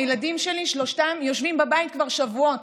הילדים שלי שלושתם יושבים בבית כבר שבועות.